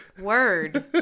word